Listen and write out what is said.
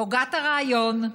הוגת הרעיון,